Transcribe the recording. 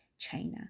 China